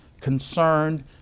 concerned